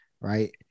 right